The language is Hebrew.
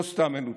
לא סתם מנותקת,